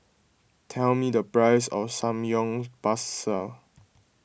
tell me the price of Samgyeopsal